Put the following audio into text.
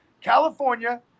california